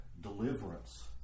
deliverance